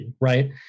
right